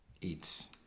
eats